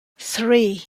three